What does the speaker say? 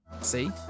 See